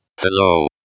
Hello